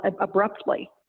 abruptly